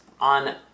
on